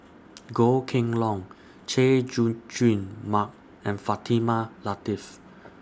Goh Kheng Long Chay Jung Jun Mark and Fatimah Lateef